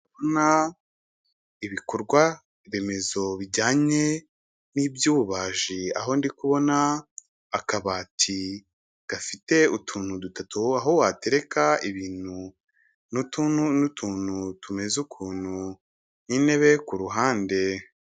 Ndabona ibikorwaremezo bijyanye n'iby'ububaji, aho ndi kubona akabati gafite utuntu dutatu aho watereka ibintu n'utuntu tumeze ukuntu n'intebe kuruhande.